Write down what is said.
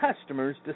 customers